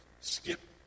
skip